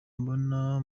mbona